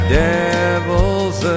devil's